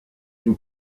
nous